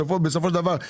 בסופו של דבר.